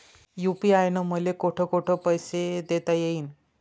UPI न मले कोठ कोठ पैसे देता येईन?